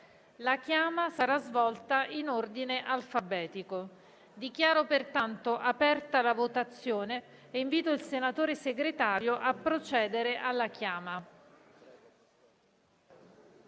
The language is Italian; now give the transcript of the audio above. La chiama sarà svolta in ordine alfabetico. Dichiaro pertanto aperta la votazione e invito il senatore Segretario a procedere all'appello.